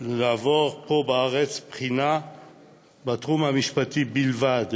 לעבור פה בארץ בחינה בתחום המשפטי בלבד,